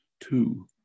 two